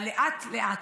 על לאט-לאט.